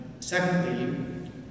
Secondly